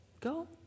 go